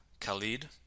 Khalid